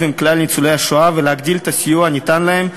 עם כלל ניצולי השואה ולהגדיל את הסיוע הניתן להם,